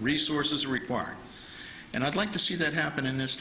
resources required and i'd like to see that happen in this